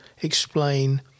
explain